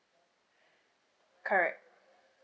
correct